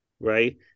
right